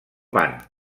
ban